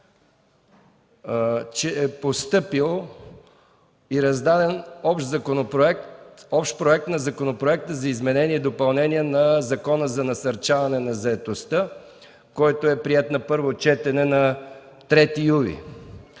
Постъпил е и е раздаден Общ проект на Законопроект за изменение и допълнение на Закона за насърчаване на заетостта, приет на първо четене на 3 юли